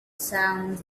sounds